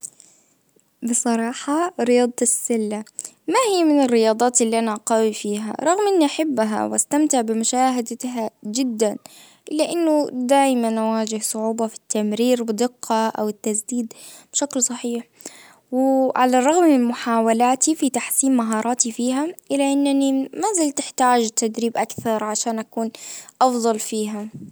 بصراحة رياضة السله ما هي من الرياضات اللي انا قوي فيها. رغم اني احبها واستمتع بمشاهدتها جدا. لانه دايما اواجه صعوبة في التمرير بدقة او التسديد بشكل صحيح. وعلى الرغم من محاولاتي في تحسين مهاراتي فيها الى انني مازلت أحتاج تدريب اكثر عشان اكون افظل فيها.